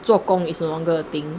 做工 is no longer a thing